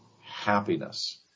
happiness